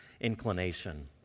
inclination